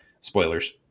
Spoilers